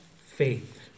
Faith